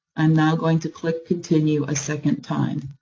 and now going to click continue a second time.